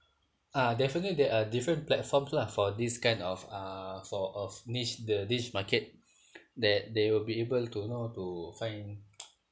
ah definitely there are different platforms lah for this kind of uh for uh niche the niche market that they will be able to know to find